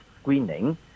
screening